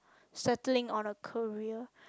settling on a career